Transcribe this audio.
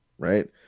Right